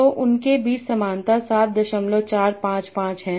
तो उनके बीच समानता 7455 है